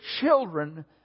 children